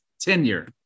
tenure